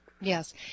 Yes